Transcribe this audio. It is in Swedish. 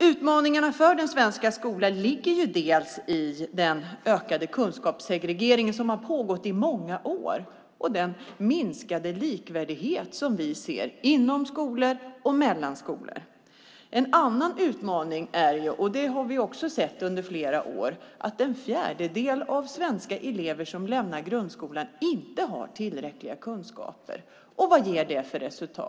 Utmaningarna för den svenska skolan ligger bland annat i den ökade kunskapssegregering som har pågått i många år och i den minskade likvärdighet som vi ser inom skolor och mellan skolor. En annan utmaning är att en fjärdedel av de svenska eleverna som lämnar grundskolan inte har tillräckliga kunskaper, och det har vi också sett under flera år. Vad ger det för resultat?